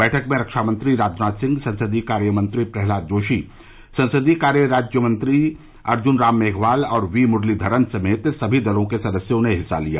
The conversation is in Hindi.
बैठक में रक्षा मंत्री राजनाथ सिंह संसदीय कार्यनंत्री प्रह्लाद जोशी संसदीय कार्य राज्य मंत्री अर्जुन राम मेघवाल और वी मुरलीधरन समेत सभी दलों के सदस्यों ने हिस्सा लिया